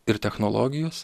ir technologijos